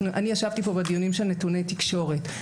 אני ישבתי כאן בדיונים על נתוני תקשורת.